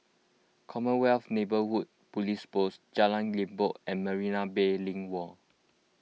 Commonwealth Neighbourhood Police Post Jalan Limbok and Marina Bay Link Mall